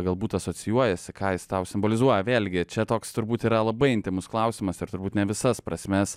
galbūt asocijuojasi ką jis tau simbolizuoja vėlgi čia toks turbūt yra labai intymus klausimas ir turbūt ne visas prasmes